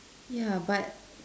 ya but